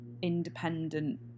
independent